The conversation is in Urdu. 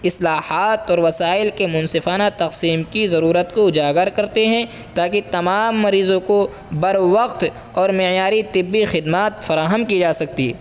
اصلاحات اور وسائل کے منصفانہ تقسیم کی ضرورت کو اجاگر کرتے ہیں تاکہ تمام مریضوں کو بروقت اور معیاری طبی خدمات فراہم کی جا سکتی